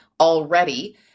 already